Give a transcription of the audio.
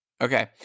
Okay